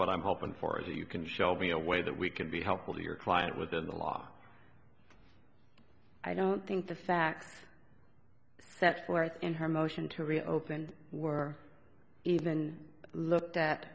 what i'm hoping for is that you can shelby a way that we can be helpful to your client within the law i don't think the facts set forth in her motion to reopen were even looked at